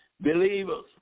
Believers